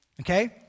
Okay